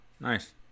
nice